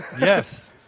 yes